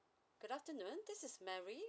good afternoon this is mary